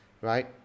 right